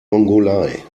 mongolei